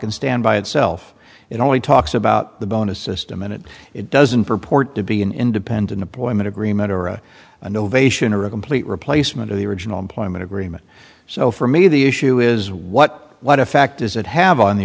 can stand by itself it only talks about the bonus system in it it doesn't purport to be an independent employment agreement or a innovation or a complete replacement of the original employment agreement so for me the issue is what what effect does it have on the